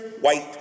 white